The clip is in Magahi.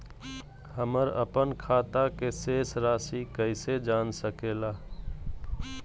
हमर अपन खाता के शेष रासि कैसे जान सके ला?